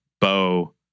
Bo